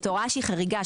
זאת הוראה שהיא חריגה.